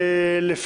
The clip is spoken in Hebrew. שלום לכולם,